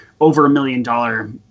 over-a-million-dollar